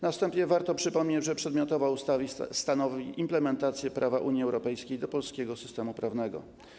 Na wstępie warto przypomnieć, że przedmiotowa ustawa stanowi implementację prawa Unii Europejskiej do polskiego sytemu prawnego.